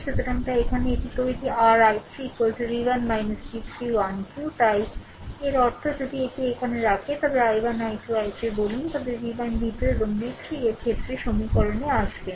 সুতরাং তাই এখানে এটি তৈরি r i3 v1 v3 12 তাই এর অর্থ যদি এটি এখানে রাখে তবে i1 i 2 i3 বলুন তবে v1 v2 এবং v3 এর ক্ষেত্রে সমীকরণে আসবেন